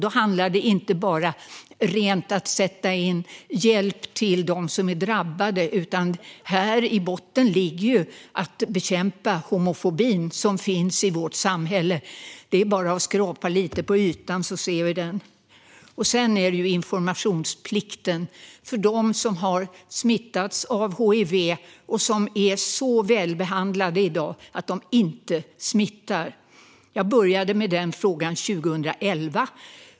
Då handlar det inte bara om att sätta in hjälp till dem som är drabbade, utan i botten ligger att bekämpa den homofobi som finns i vårt samhälle - det är bara att skrapa lite på ytan, så ser vi den. Sedan handlar det om informationsplikten för dem som har smittats av hiv och som är så välbehandlade i dag att de inte smittar. Jag började med den frågan 2011.